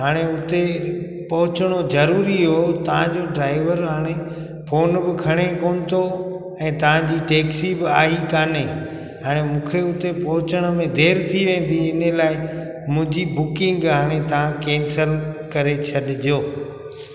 हाणे हुते पहुचणो ज़रूरी हुओ तव्हांजो ड्राइवर हाणे फोन बि खणे कोन थो ऐं तव्हांजी टैक्सी बि आई काने हाणे मूंखे हुते पहुचण में देरि थी वेंदी हिन लाइ मुंहिंजी बुकिंग हाणे तव्हां कैंसिल करे छॾिजो